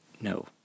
no